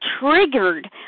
triggered